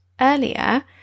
earlier